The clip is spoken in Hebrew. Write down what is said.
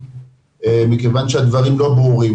מכיוון שהדברים לא ברורים.